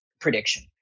prediction